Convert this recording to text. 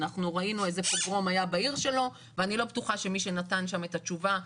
ראינו איזה פוגרום היה בעיר שלו ואני לא בטוחה שמי שנתן שם את התשובה,